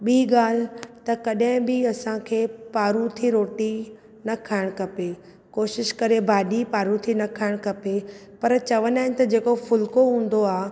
ॿी ॻाल्हि त कॾहिं बि असां खे पारूथी रोटी न खाइण खपे कोशिश करे भाॼी पारूथी न खाइणु खपे पर चवंदा आइनि त जेको फुल्को हूंदो आहे